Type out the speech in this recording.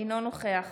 אינו נוכח